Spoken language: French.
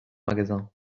magasin